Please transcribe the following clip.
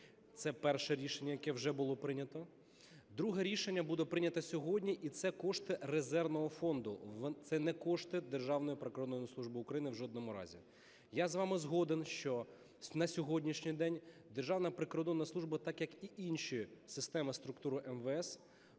Це перше рішення, яке вже було прийнято. Друге рішення буде прийнято сьогодні і це кошти резервного фонду. Це не кошти Державної прикордонної служби України в жодному разі. Я з вами згоден, що на сьогоднішній день Державна прикордонна служба, так як і інші системи структури МВС,